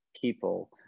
people